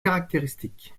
caractéristique